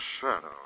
Shadow